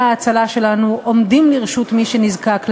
ההצלה שלנו עומדים לרשות מי שנזקק להם,